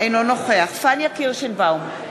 אינו נוכח פניה קירשנבאום,